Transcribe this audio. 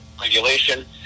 Regulation